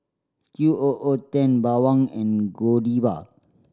Q O O Ten Bawang and Godiva